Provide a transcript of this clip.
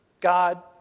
God